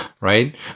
right